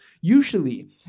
Usually